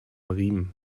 riemen